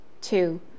Two